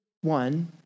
one